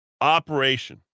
operation